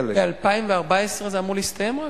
חלק, רק ב-2014 זה אמור להסתיים?